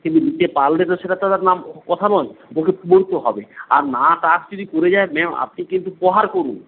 কিন্তু দিতে পারলে তো সেটা তো কথা নয় ওকে বলতেও হবে আর না টাস্ক যদি করে যায় ম্যাম আপনি কিন্তু প্রহার করুন